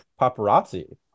paparazzi